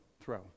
Throw